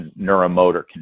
neuromotor